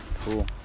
Cool